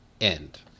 end